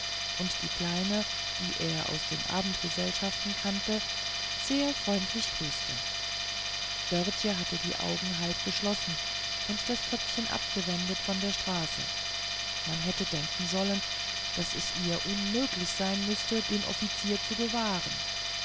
und die kleine die er aus den abendgesellschaften kannte sehr freundlich grüßte dörtje hatte die augen halb geschlossen und das köpfchen abgewendet von der straße man hätte denken sollen daß es ihr unmöglich sein müßte den offizier zu gewahren